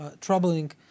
troubling